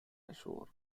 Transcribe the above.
ashore